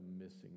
missing